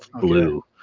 blue